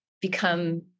become